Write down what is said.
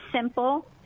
simple